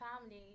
family